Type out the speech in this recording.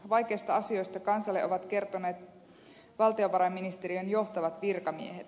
vaikeista asioista kansalle ovat kertoneet valtiovarainministeriön johtavat virkamiehet